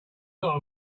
lot